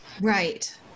Right